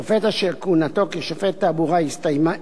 שופט אשר כהונתו כשופט תעבורה הסתיימה